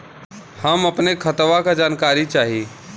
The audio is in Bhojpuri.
हम अपने खतवा क जानकारी चाही?